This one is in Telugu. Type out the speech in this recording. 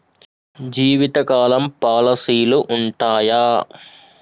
జీవితకాలం పాలసీలు ఉంటయా?